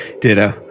Ditto